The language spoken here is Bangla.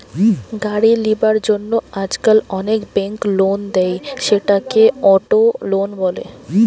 গাড়ি লিবার জন্য আজকাল অনেক বেঙ্ক লোন দেয়, সেটাকে অটো লোন বলে